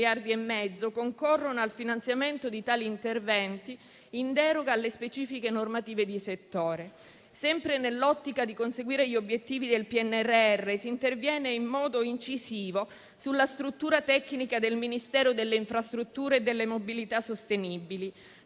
del PNRR, si interviene in modo incisivo sulla struttura tecnica del Ministero delle infrastrutture e della mobilità sostenibili,